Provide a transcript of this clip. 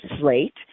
slate